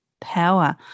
power